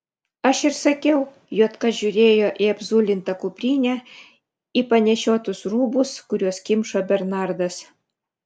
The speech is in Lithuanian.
aš ir sakiau juodka žiūrėjo į apzulintą kuprinę į panešiotus rūbus kuriuos kimšo bernardas